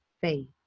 Faith